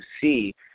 see